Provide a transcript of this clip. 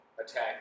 attack